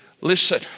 Listen